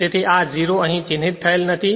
તેથી આ 0 અહીં ચિહ્નિત થયેલ નથી